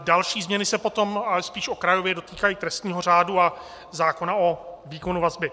Další změny se potom ale spíš okrajově dotýkají trestního řádu a zákona o výkonu vazby.